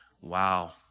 Wow